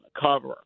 cover